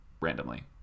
randomly